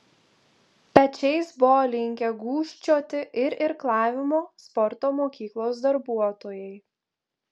pečiais buvo linkę gūžčioti ir irklavimo sporto mokyklos darbuotojai